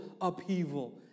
upheaval